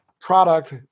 product